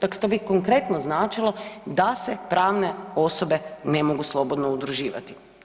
Dakle, to bi konkretno značilo da se pravne osobe ne mogu slobodno udruživati.